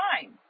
time